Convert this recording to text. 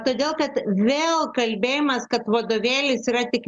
todėl kad vėl kalbėjimas kad vadovėlis yra tik